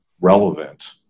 relevant